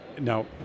Now